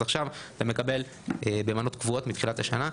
אז עכשיו אתה מקבל במנות קבועות מתחילת השנה.